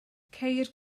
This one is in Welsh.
ceir